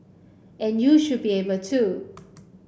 and you should be able to